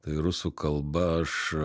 tai rusų kalba aš